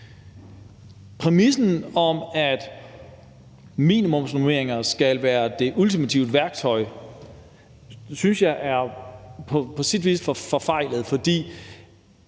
Præmissen om, at minimumsnormeringerne skal være det ultimative værktøj, synes jeg på sin vis er forfejlet. For